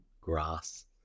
grass